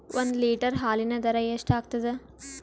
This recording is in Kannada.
ಒಂದ್ ಲೀಟರ್ ಹಾಲಿನ ದರ ಎಷ್ಟ್ ಆಗತದ?